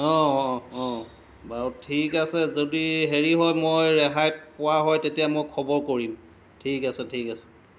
অঁ অঁ অঁ বাৰু ঠিক আছে যদি হেৰি হয় মই ৰেহাই পোৱা হয় তেতিয়া মই খবৰ কৰিম ঠিক আছে ঠিক আছে